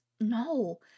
no